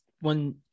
one